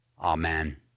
Amen